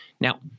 Now